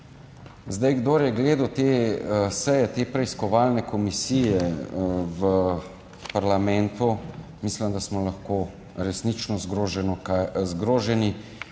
Kdor je gledal seje te preiskovalne komisije v parlamentu, mislim, da smo lahko resnično zgroženi,